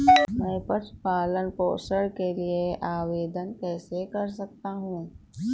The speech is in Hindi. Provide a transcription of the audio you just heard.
मैं पशु पालन पोषण के लिए आवेदन कैसे कर सकता हूँ?